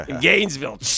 Gainesville